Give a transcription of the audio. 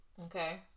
okay